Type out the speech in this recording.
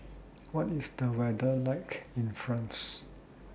What IS The weather like in France